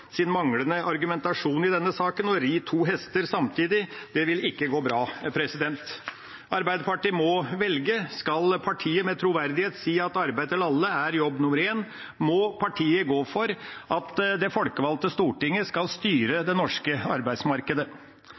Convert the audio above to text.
sin manglende argumentasjon i denne saken å ri to hester samtidig. Det vil ikke gå bra. Arbeiderpartiet må velge: Skal partiet med troverdighet si at arbeid til alle er jobb nummer én, må partiet gå inn for at det folkevalgte Stortinget skal styre det norske arbeidsmarkedet.